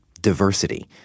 diversity